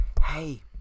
hey